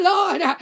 Lord